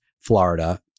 Florida